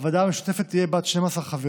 הוועדה המשותפת תהיה בת 12 חברים,